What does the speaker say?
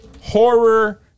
horror